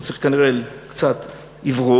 הוא צריך כנראה קצת אוורור.